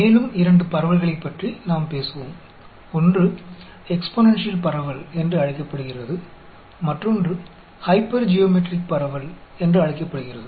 மேலும் இரண்டு பரவல்களைப் பற்றி நாம் பேசுவோம் ஒன்று எக்ஸ்பொனென்ஷியல் பரவல் என்று அழைக்கப்படுகிறது மற்றொன்று ஹைப்பெர்ஜியோமெட்ரிக் பரவல் என்று அழைக்கப்படுகிறது